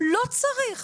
לא צריך